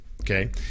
Okay